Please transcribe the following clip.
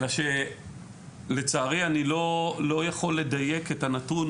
אלא שלצערי אני לא יכול לדייק את הנתון,